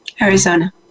Arizona